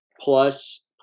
plus